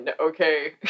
Okay